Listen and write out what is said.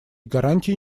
гарантии